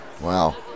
Wow